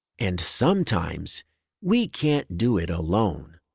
and sometimes we can't do it alone.